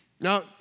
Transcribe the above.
Now